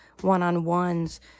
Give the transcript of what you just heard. one-on-ones